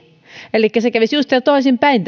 elikkä tässä kävisi justiinsa toisin päin